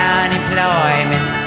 unemployment